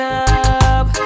up